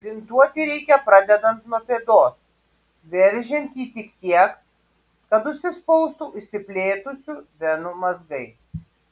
bintuoti reikia pradedant nuo pėdos veržiant jį tik tiek kad užsispaustų išsiplėtusių venų mazgai